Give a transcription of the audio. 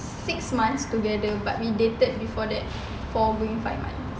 six months together but we dated before that four to five months